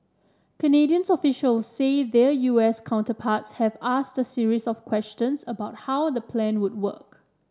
Canadian officials say their U S counterparts have asked a series of questions about how the plan would work